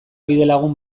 bidelagun